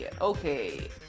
Okay